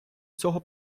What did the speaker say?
цього